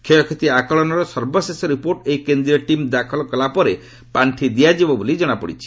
କ୍ଷୟକ୍ଷତି ଆକଳନର ସର୍ବଶେଷ ରିପୋର୍ଟ ଏହି କେନ୍ଦ୍ରୀୟ ଟିମ୍ ଦାଖଲ କଲାପରେ ପାର୍ଷି ଦିଆଯିବ ବୋଲି ଜଣାପଡ଼ିଛି